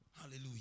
hallelujah